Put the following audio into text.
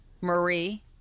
Marie